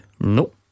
No